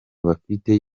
bafite